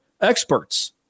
experts